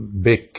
big